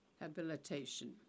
rehabilitation